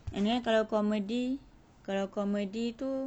and then kalau comedy kalau comedy tu